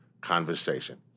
conversation